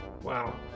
Wow